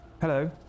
Hello